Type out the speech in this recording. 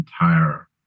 entire